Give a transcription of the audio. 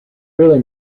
really